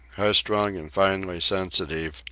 high-strung and finely sensitive,